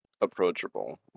Approachable